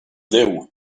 déu